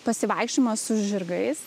pasivaikščiojimą su žirgais